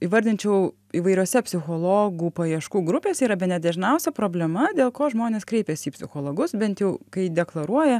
įvardinčiau įvairiose psichologų paieškų grupės yra bene dažniausia problema dėl ko žmonės kreipiasi į psichologus bent jau kai deklaruoja